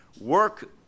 work